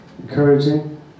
encouraging